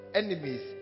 enemies